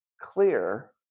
clear